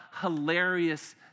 hilarious